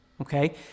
okay